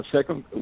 Second